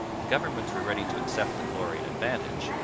the governments were ready to accept the glory and advantage,